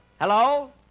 Hello